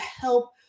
help